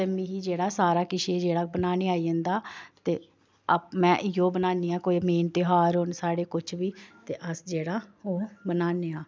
ते मिगी जेह्ड़ा सारा किश एह् जेह्ड़ा बनाने गी आई जंदा ते में इ'यो बनान्नी आं कोई मेन ध्यार होन साढ़े कुछ बी ते अस जेह्ड़ा ओह् बनान्ने आं